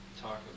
talk